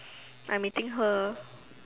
I meeting her